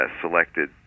selected